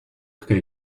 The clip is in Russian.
какая